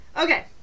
Okay